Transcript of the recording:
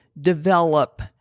develop